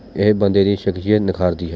ਇਹ ਬੰਦੇ ਦੀ ਸ਼ਖਸ਼ੀਅਤ ਨਿਖਾਰਦੀ ਹੈ